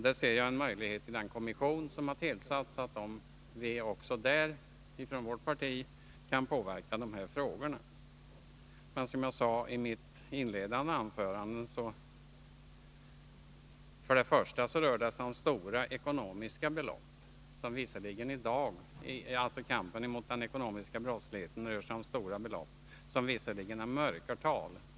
Där ser jag en möjlighet för vårt parti att påverka frågorna i den kommission som har tillsatts. Som jag sade i mitt inledningsanförande, gäller kampen mot den ekonomiska brottsligheten stora belopp, som visserligen är mörkertal.